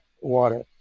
water